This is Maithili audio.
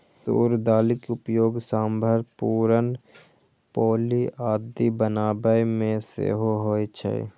तूर दालिक उपयोग सांभर, पुरन पोली आदि बनाबै मे सेहो होइ छै